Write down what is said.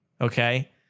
Okay